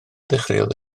ddechreuodd